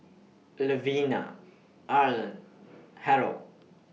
Levina Arlan Harrold